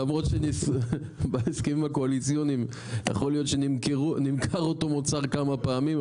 למרות שבהסכמים הקואליציוניים יכול להיות שנמכר אותו מוצר כמה פעמים,